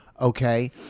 okay